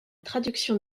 traduction